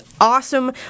awesome